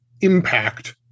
impact